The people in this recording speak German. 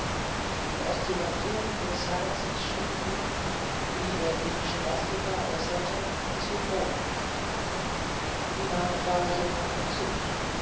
die oscillationen ihres herzens schienen ihm wie er gegen scholastica äußerte isochron die magd war hiervon entzückt